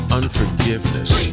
unforgiveness